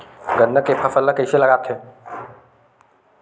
गन्ना के फसल ल कइसे लगाथे?